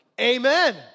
Amen